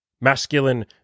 masculine